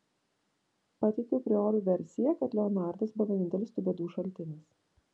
pateikiau priorui versiją kad leonardas buvo vienintelis tų bėdų šaltinis